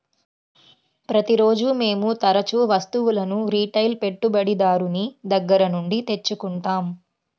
ప్రతిరోజూ మేము తరుచూ వస్తువులను రిటైల్ పెట్టుబడిదారుని దగ్గర నుండి తెచ్చుకుంటాం